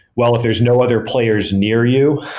well, if there's no other players near you,